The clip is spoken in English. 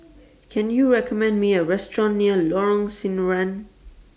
Can YOU recommend Me A Restaurant near Lorong Sinaran